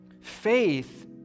Faith